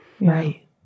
right